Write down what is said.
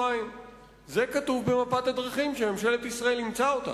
זה כתוב במפת הדרכים, שממשלת ישראל אימצה אותה.